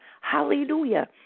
Hallelujah